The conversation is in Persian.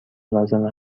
لازم